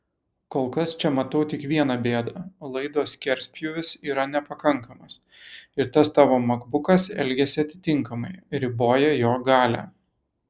kol kas čia matau tik viena bėdą laido skerspjūvis yra nepakankamas ir tas tavo makbukas elgiasi atitinkamai riboja jo galią